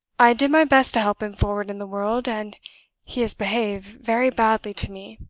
i did my best to help him forward in the world, and he has behaved very badly to me.